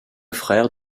frère